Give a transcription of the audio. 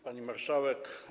Pani Marszałek!